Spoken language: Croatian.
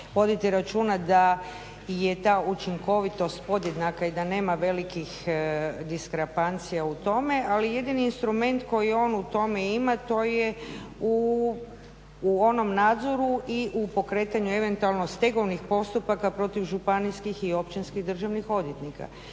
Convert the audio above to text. voditi računa da je ta učinkovitost podjednaka i a nema velikih diskrepancija u tome, ali jedini instrument koji on u tome ima to je u onom nadzoru i u pokretanju eventualno stegovnih postupaka protiv županijskih i općinskih državnih odvjetnika.